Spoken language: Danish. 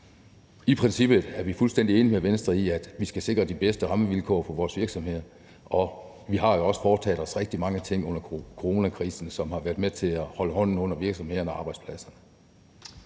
I princippet er vi fuldstændig enige med Venstre i, at vi skal sikre de bedste rammevilkår for vores virksomheder, og vi har jo også foretaget os rigtig mange ting under coronakrisen, som har været med til at holde hånden under virksomhederne og arbejdspladserne.